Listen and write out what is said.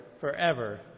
forever